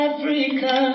Africa